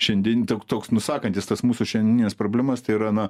šiandien tok toks nusakantis tas mūsų šiandienines problemas tai yra na